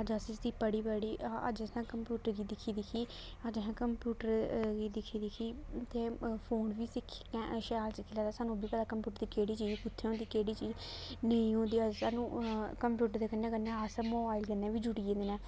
अज्ज अस इस्सी पढ़ी पढ़ी अज्ज असें कंप्यूटर गी दिक्खी दिक्खी अज्ज असें कंप्यूटर गी दिक्खी दिक्खी ते अ फोन बी सिक्खी ले शैल सिक्खी लैदा सानूं उब्बी पता कंप्यूटर दी केह्ड़ी चीज कुत्थें होंदी केह् ड़ी चीज नेईं होंदी अज्ज सानूं आ कंप्यूटर दे कन्नै कन्नै अस मोबाइल कन्नै बी जुड़ी गेदे न